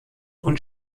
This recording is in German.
und